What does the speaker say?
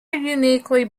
uniquely